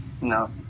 No